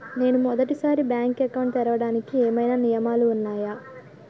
నేను మొదటి సారి బ్యాంక్ అకౌంట్ తెరవడానికి ఏమైనా నియమాలు వున్నాయా?